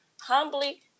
Humbly